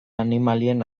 animalien